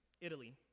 Italy